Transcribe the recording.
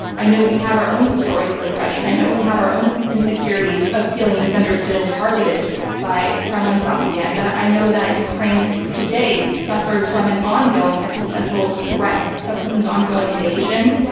i know we have our own stories of oppression. i know we have our own so insecurities of feeling misunderstood and targeted by kremlin propaganda. i know that ukraine today suffers from an ongoing existential threat of putin's ongoing invasion.